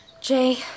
Jay